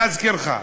להזכירך.